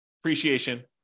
appreciation